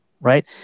right